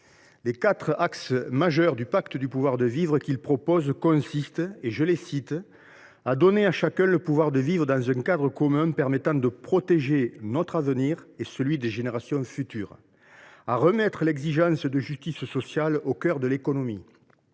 Les quatre axes majeurs du Pacte du pouvoir de vivre qu’ils proposent consistent à « donner à chacun le pouvoir de vivre dans un cadre commun permettant de protéger notre avenir et celui des générations futures », à « remettre l’exigence de justice sociale au cœur de l’économie »,